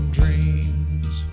dreams